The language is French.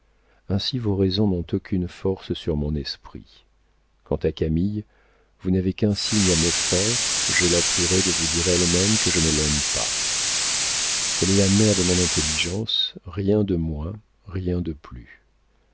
ainsi vos raisons n'ont aucune force sur mon esprit quant à camille vous n'avez qu'un signe à me faire je la prierai de vous dire elle-même que je ne l'aime pas elle est la mère de mon intelligence rien de moins rien de plus